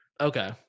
Okay